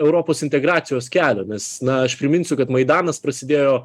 europos integracijos kelio nes na aš priminsiu kad maidanas prasidėjo